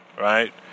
right